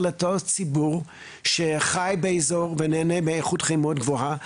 לאותו ציבור שחי באזור ונהנה מאיכות חיים מאוד גבוהה,